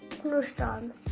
snowstorm